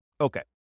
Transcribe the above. Okay